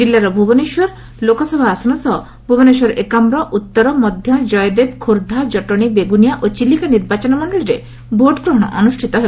କିଲ୍ଲାର ଭୁବନେଶ୍ୱର ଲୋକସଭା ଆସନ ସହ ଭୁବନେଶ୍ୱର ଏକାମ୍ର ଉତ୍ତର ମଧ୍ଧ ଜୟଦେବ ଖୋର୍ଦ୍ଧା ଜଟଣୀ ବେଗୁନିଆ ଚିଲିକା ନିର୍ବାଚନ ମଣ୍ଡଳୀରେ ଭୋଟଗ୍ରହଣ ଅନୁଷ୍ଠିତ ହେବ